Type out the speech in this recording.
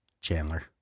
Chandler